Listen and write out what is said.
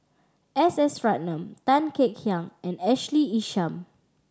S S Ratnam Tan Kek Hiang and Ashley Isham